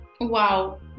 Wow